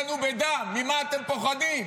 ממה אתם פוחדים?